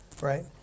right